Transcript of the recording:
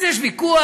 אז יש ויכוח,